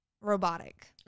robotic